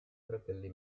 fratelli